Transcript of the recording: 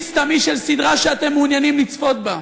סתמי של סדרה שאתם מעוניינים לצפות בה.